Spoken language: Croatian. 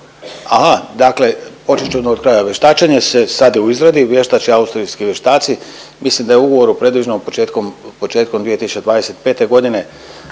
Aha, dakle počet ću onda od kraja. Vještačenje se sad je u izradi, vještače austrijski vještaci. Mislim da je ugovorom predviđeno početkom 2025. godine.